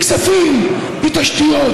בכספים, בתשתיות.